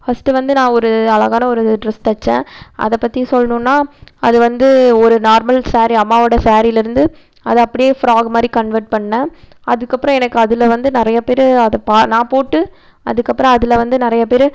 first வந்து நான் ஒரு அழகான ஒரு டிரெஸ் தைச்சேன் அதைப் பற்றி சொல்லணுனா அது வந்து ஒரு நார்மல் சேரீ அம்மாவோட சேரீலேருந்து அது அப்படியே ஃப்ராக்கு மாதிரி கன்வெர்ட் பண்ணேன் அதுக்கப்புறம் எனக்கு அதில் வந்து நிறைய பேரு அதை பா நான் போட்டு அதுக்கப்புறம் அதில் வந்து நிறைய பேரு